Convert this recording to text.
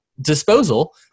disposal